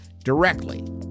Directly